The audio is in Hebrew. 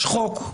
יש חוק.